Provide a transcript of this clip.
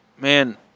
man